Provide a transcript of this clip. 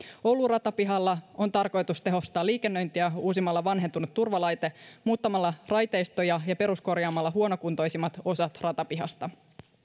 oulun ratapihalla on tarkoitus tehostaa liikennöintiä uusimalla vanhentunut turvalaite muuttamalla raiteistoja ja ja peruskorjaamalla huonokuntoisimmat osat ratapihasta